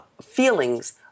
feelings